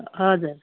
हजुर